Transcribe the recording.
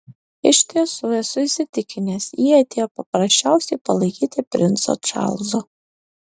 iš tiesų esu įsitikinęs ji atėjo paprasčiausiai palaikyti princo čarlzo